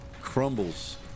crumbles